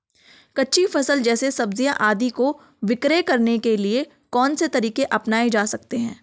कच्ची फसल जैसे सब्जियाँ आदि को विक्रय करने के लिये कौन से तरीके अपनायें जा सकते हैं?